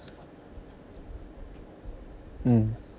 mm